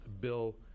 Bill